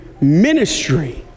ministry